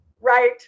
right